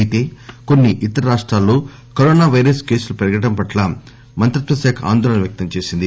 అయితే కొన్ని ఇతర రాష్టాల్లో కరోనా వైరస్ కేసులు పెరగడం పట్ల మంత్రిత్వ శాఖ ఆందోళన వ్యక్తం చేసింది